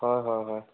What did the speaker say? হয় হয় হয়